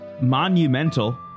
monumental